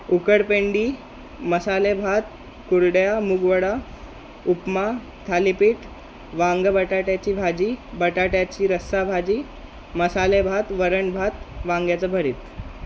उकडपेंडी मसालेभात कुरड्या मूगवडा उपमा थालीपीठ वांगं बटाट्याची भाजी बटाट्याची रस्साभाजी मसालेभात वरणभात वांग्याचं भरीत